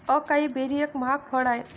acai berry एक महाग फळ आहे